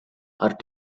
are